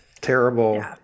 terrible